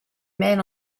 man